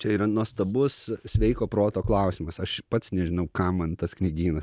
čia yra nuostabus sveiko proto klausimas aš pats nežinau kam man tas knygynas